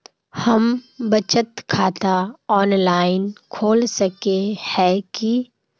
हम बचत खाता ऑनलाइन खोल सके है की?